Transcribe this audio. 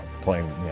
playing